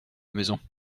maison